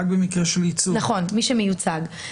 נכון, מי שמיוצג.